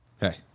Hey